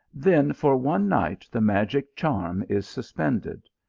then for one night the magic charm is sus pended.